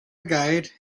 guide